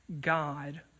God